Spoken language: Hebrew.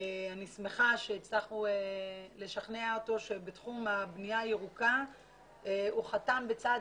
אני שמחה שהצלחנו לשכנע אותו שבתחום הבנייה הירוקה הוא חתם בצעד